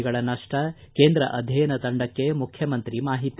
ಗಳ ನಷ್ಟ ಕೇಂದ್ರ ಅಧ್ಯಯನ ತಂಡಕ್ಕೆ ಮುಖ್ಯಮಂತ್ರಿ ಮಾಹಿತಿ